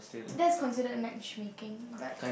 that's considered match making but